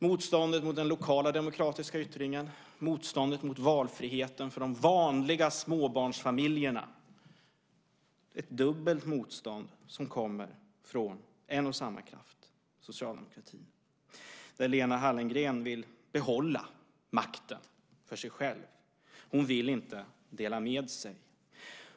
Motståndet mot den lokala demokratiska yttringen, motståndet mot valfriheten för de vanliga småbarnsfamiljerna är ett dubbelt motstånd som kommer från en och samma kraft, socialdemokratin, där Lena Hallengren vill behålla makten för sig själv. Hon vill inte dela med sig.